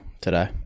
today